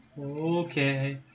Okay